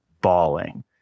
bawling